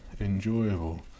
enjoyable